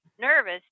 nervous